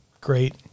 great